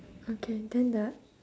okay then the